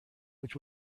which